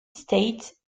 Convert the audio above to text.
state